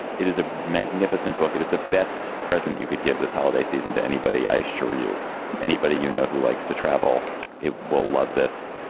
it is a magnificent book it is the best present you could give this holiday season to anybody. i assure you anybody you know who likes to travel it will love this.